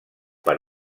per